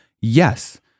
yes